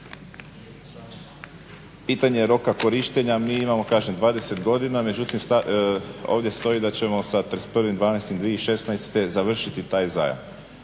pitanje roka korištenja mi imamo kažem 20 godina, međutim ovdje stoji da ćemo sa 31.12.2016. završiti taj zajam.